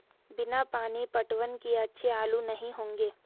बिना पानी पटवन किए अच्छे आलू नही होंगे